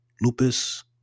lupus